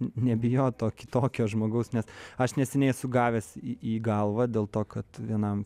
nebijot to kitokio žmogaus nes aš neseniai esu gavęs į į galvą dėl to kad vienam